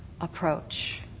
approach